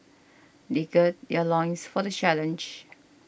they gird their loins for the challenge